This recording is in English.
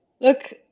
Look